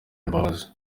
imbabazi